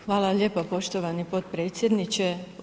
Hvala lijepo poštovani potpredsjedniče.